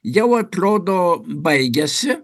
jau atrodo baigėsi